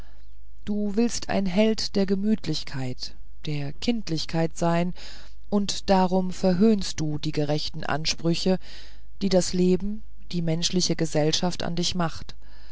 du willst ein held der gemütlichkeit der kindlichkeit sein und darum verhöhnst du die gerechten ansprüche die das leben die menschliche gesellschaft an dich macht